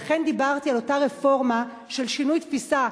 לכן דיברתי על אותה רפורמה של שינוי תפיסה,